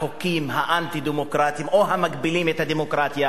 החוקים האנטי-דמוקרטיים או המגבילים את הדמוקרטיה,